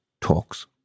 talks